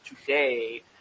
today